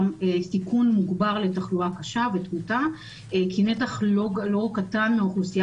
גם על סיכון מוגבר לתחלואה קשה ותמותה כי נתח לא קטן מהאוכלוסייה